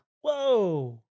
whoa